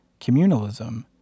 communalism